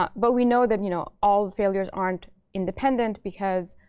um but we know that you know all failures aren't independent. because,